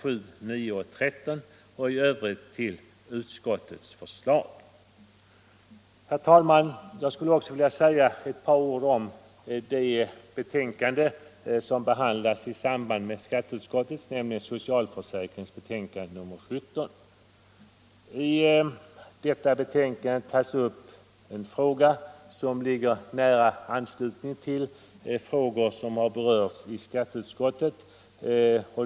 Jag skulle också vilja säga ett par ord om det betänkande som behandlas i samband med skatteutskottets, nämligen socialförsäkringsutskottets betänkande nr 17. I detta betänkande tas en fråga upp som ligger i nära anslutning till de frågor som berörts av skatteutskottet.